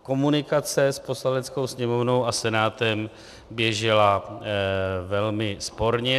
Komunikace s Poslaneckou sněmovnou a Senátem běžela velmi sporně.